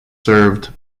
served